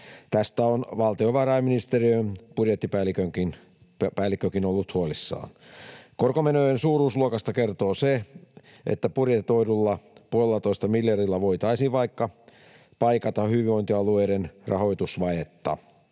Tästä on valtiovarainministeriön budjettipäällikkökin ollut huolissaan. Korkomenojen suuruusluokasta kertoo se, että budjetoidulla puolellatoista miljardilla voitaisiin vaikka paikata hyvinvointialueiden rahoitusvajetta.